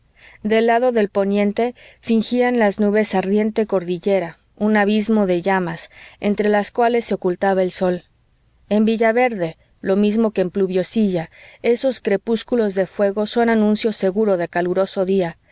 del lado del poniente fingían las nubes ardiente cordillera un abismo de llamas entre las cuales se ocultaba el sol en villaverde lo mismo que en pluviosilla esos crepúsculos de fuego son anuncio seguro de caluroso día